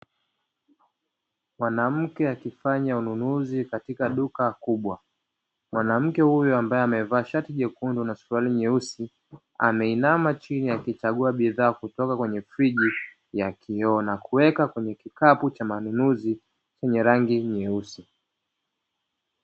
Mwanamke akifanya ununuzi katika duka kubwa. Mwanamke huyu ambaye amevaa shati jekundu na suruali nyeusi, ameinama chini akichagua bidhaa kutoka kwenye friji ya kioo, na kuweka kwenye kikapu cha manunuzi chenye rangi nyeusi.